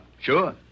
Sure